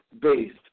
based